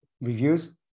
Reviews